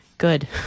Good